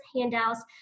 handouts